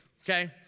okay